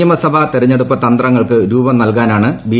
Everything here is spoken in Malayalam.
നിയമസഭാ തെരഞ്ഞെടുപ്പ് തന്ത്രങ്ങൾക്ക് രൂപം നൽകാനാണ് ബി